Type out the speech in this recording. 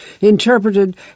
interpreted